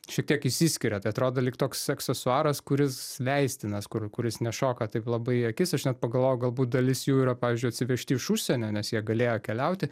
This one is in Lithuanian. šiek tiek išsiskiria tai atrodo lyg toks aksesuaras kuris leistinas kur kuris nešoka taip labai į akis aš net pagalvojau galbūt dalis jų yra pavyzdžiui atsivežti iš užsienio nes jie galėjo keliauti